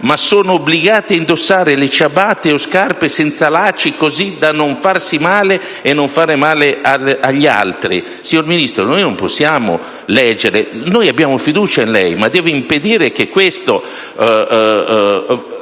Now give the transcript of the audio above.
ma sono obbligati a indossare le ciabatte o scarpe senza lacci, così da non farsi male o non fare male agli altri». Signora Ministro, non possiamo leggere queste cose. Abbiamo fiducia in lei, ma deve impedire che si